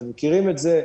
אתם מכירים את זה,